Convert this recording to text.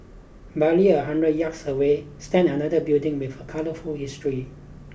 barely a hundred yards away stand another building with a colourful history